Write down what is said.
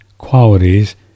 Qualities